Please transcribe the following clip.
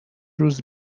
روز